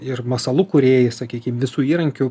ir masalų kūrėjai sakykim visų įrankių